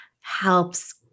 helps